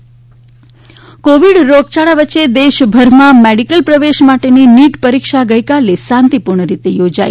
NEET Covid રોગયાળા વચ્ચે દેશભરમાં મેડીકલ પ્રવેશ માટેની નીટ પરીક્ષા ગઈકાલે શાંતીપૂર્ણ રીતે યોજાઇ